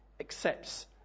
accepts